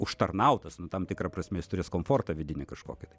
užtarnautas nu tam tikra prasme jis turės komfortą vidinį kažkokį tai